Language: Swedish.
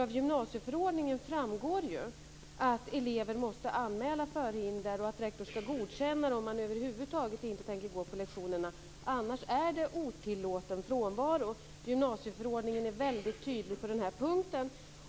Av gymnasieförordningen framgår att eleven måste anmäla förhinder och att rektorn skall godkänna det om man över huvud taget inte tänker gå på lektionerna. Annars är det otillåten frånvaro. Gymnasieförordningen är väldigt tydlig på den här punkten.